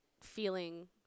feeling